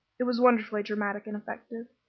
it was wonderfully dramatic and effective.